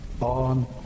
on